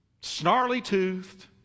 snarly-toothed